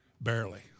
barely